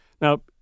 now